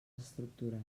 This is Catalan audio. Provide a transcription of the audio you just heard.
estructures